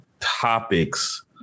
topics